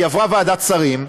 היא עברה ועדת שרים,